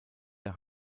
der